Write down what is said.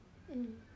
mm